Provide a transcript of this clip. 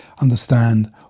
understand